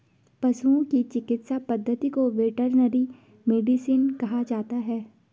पशुओं की चिकित्सा पद्धति को वेटरनरी मेडिसिन कहा जाता है